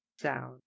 sound